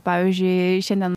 pavyzdžiui šiandien